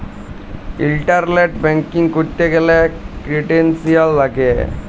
internet banking ক্যরতে গ্যালে credentials লাগিয়ে